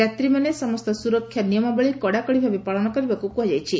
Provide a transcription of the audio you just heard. ଯାତ୍ରୀମାନେ ସମସ୍ତ ସୁରକ୍ଷା ନିୟମାବଳୀ କଡାକଡି ଭାବେ ପାଳନ କରିବାକୁ କୁହାଯାଇଛି